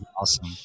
awesome